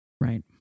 right